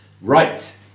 Right